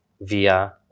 via